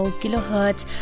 kilohertz